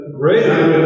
greater